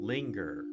Linger